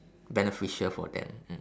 beneficial for them mm